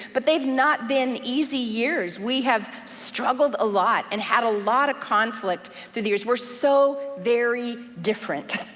but they've not been easy years. we have struggled a lot, and had a lot of conflict through the years. we're so very different,